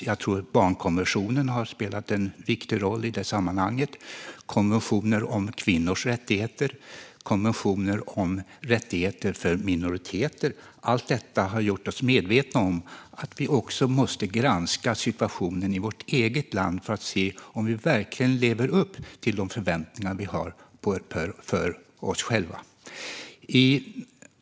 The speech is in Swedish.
Jag tror att barnkonventionen har spelat en viktig roll i det sammanhanget, liksom konventioner om kvinnors rättigheter och om rättigheter för minoriteter. Allt detta har gjort oss medvetna om att vi också måste granska situationen i vårt eget land för att se om vi verkligen lever upp till de förväntningar vi har på oss själva.